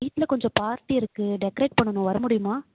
வீட்டில் கொஞ்சம் பார்ட்டி இருக்கு டெக்கெரேட் பண்ணனும் வர முடியுமா